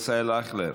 ישראל אייכלר,